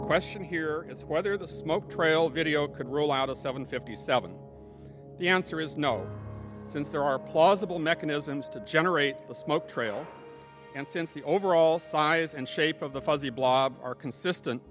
later question here is whether the smoke trail video could rule out of seven fifty seven the answer is no since there are possible mechanisms to generate the smoke trail and since the overall size and shape of the fuzzy blob are consistent